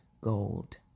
gold